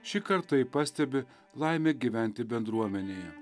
šį kartą ji pastebi laimę gyventi bendruomenėje